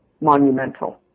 monumental